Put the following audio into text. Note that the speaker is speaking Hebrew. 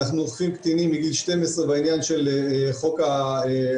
אנחנו אוכפים קטינים מגיל 12 בעניין של חוק האופניים,